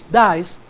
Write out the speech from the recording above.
dies